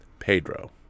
pedro